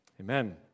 amen